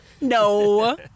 no